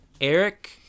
Eric